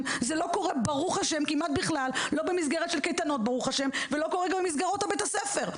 זה לא קורה כמעט בכלל במסגרת של קייטנות ולא במסגרות בית הספר.